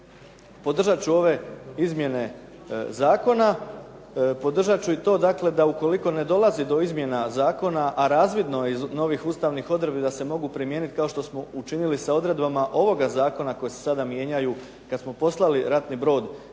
podržat ću ove izmjene Zakona, podržat ću i to da ukoliko ne dolazi do izmjena Zakona a razvidno je iz novih Ustavnih odredbi da se mogu primijeniti kao što smo učinili sa ovim odredbama zakona koje se sada mijenjaju, kada smo poslali ratni brod